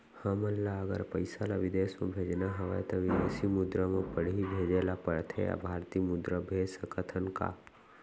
हमन ला अगर पइसा ला विदेश म भेजना हवय त विदेशी मुद्रा म पड़ही भेजे ला पड़थे या भारतीय मुद्रा भेज सकथन का?